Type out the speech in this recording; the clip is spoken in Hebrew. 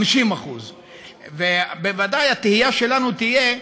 50%. ובוודאי התהייה שלנו תהיה,